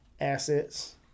assets